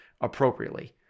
appropriately